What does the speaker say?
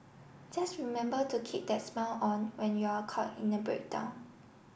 just remember to keep that smile on when you're caught in a breakdown